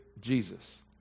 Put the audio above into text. Jesus